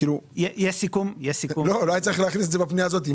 לא היה צריך להכניס את זה בפנייה הזאת.